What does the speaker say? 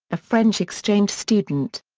a french exchange student.